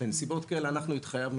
בנסיבות כאלה אנחנו התחייבנו,